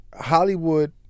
Hollywood